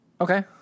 Okay